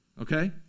Okay